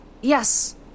Yes